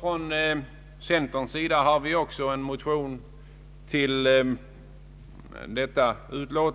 Från centerns sida har vi också i en motion lagt fram förslag